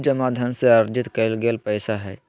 जमा धन से अर्जित कइल गेल पैसा हइ